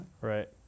Right